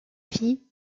vie